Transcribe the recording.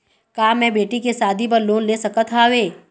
का मैं बेटी के शादी बर लोन ले सकत हावे?